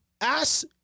ass-